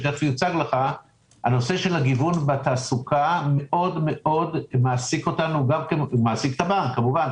נושא הגיוון בתעסוקה מעסיק את הנהלת הבנק מאוד אבל